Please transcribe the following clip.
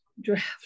draft